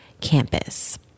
campus